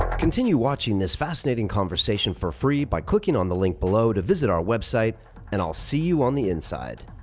continue watching this fascinating conversation for free by clicking on the link below to visit our website and i'll see you on the inside.